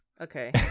Okay